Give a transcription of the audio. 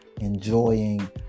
enjoying